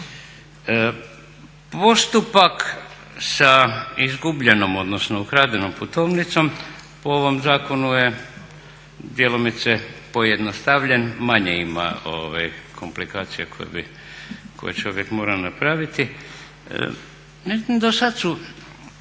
Postupak sa izgubljenom, odnosno ukradenom putovnicom po ovom zakonu je djelomice pojednostavljen, manje ima komplikacija koje čovjek mora napraviti. Ne znam,